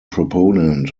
proponent